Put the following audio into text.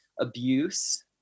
abuse